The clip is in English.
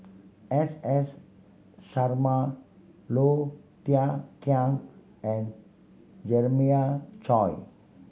S S Sarma Low Thia Khiang and Jeremiah Choy